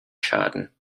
schaden